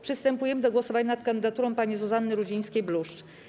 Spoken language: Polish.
Przystępujemy do głosowania nad kandydaturą pani Zuzanny Rudzińskiej-Bluszcz.